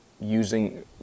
using